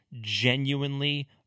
genuinely